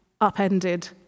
upended